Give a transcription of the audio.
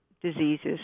diseases